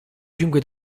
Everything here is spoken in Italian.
cinque